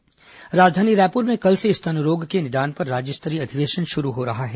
स्तन रोग अधिवेशन राजधानी रायपुर में कल से स्तन रोग के निदान पर राज्य स्तरीय अधिवेशन शुरू हो रहा है